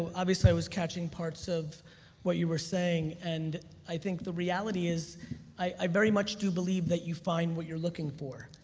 was catching parts of what you were saying and i think the reality is i very much do believe that you find what you're looking for.